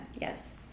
Yes